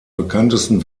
bekanntesten